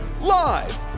Live